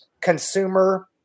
consumer